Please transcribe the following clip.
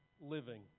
living